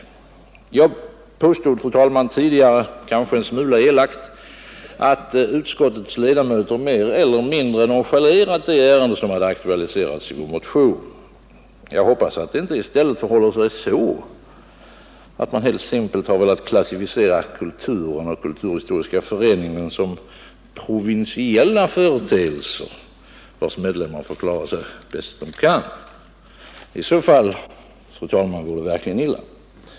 Jag påstod tidigare, fru talman, kanske en smula elakt, att utskottets ledamöter mer eller mindre nonchalerat det ärende som aktualiserats i vår motion. Jag hoppas att det inte i stället förhåller sig så att man helt simpelt velat klassificera Kulturen och Kulturhistoriska föreningen som provinsiella företeelser, vars medlemmar får klara sig bäst de kan. I så fall, fru talman, vore det verkligen illa.